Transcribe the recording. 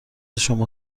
شما